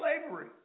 slavery